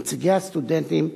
נציגי הסטודנטים,